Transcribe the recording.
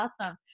awesome